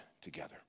together